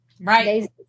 Right